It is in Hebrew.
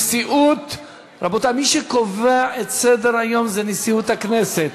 מי שקובע את סדר-היום זה נשיאות הכנסת,